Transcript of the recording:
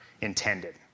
intended